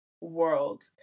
world